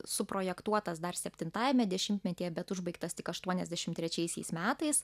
suprojektuotas dar septintajame dešimtmetyje bet užbaigtas tik aštuoniasdešim trečiaisiais metais